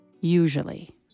Usually